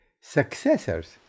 successors